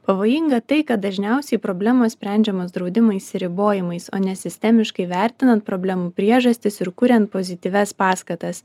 pavojinga tai kad dažniausiai problemos sprendžiamos draudimais ir ribojimais o ne sistemiškai vertinant problemų priežastis ir kuriant pozityvias paskatas